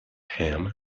ham